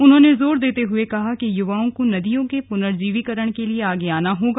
उन्होंने जोर देते हए कहा कि युवाओं को नदियों के पुनर्जीवीकरण के लिए आगे आना होगा